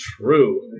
True